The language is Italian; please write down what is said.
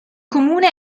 comune